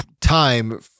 time